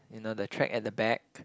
you know the track at the back